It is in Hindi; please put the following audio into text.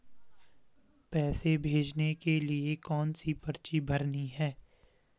पैसे भेजने के लिए कौनसी पर्ची भरनी है?